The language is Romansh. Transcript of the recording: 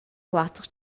quater